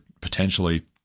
potentially